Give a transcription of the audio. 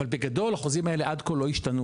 אבל בגדול החוזים האלה עד כה הם לא ישתנו,